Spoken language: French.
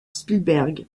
spielberg